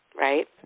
Right